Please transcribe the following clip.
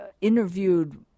interviewed